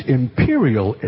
imperial